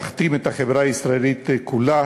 להכתים את החברה הישראלית כולה.